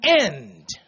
end